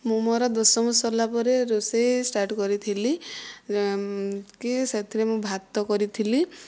ମୁଁ ମୋର ଦଶମ ସରିଲାପରେ ରୋଷେଇ ଷ୍ଟାର୍ଟ କରିଥିଲି କି ସେଥିରେ ମୁଁ ଭାତ କରିଥିଲି